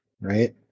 right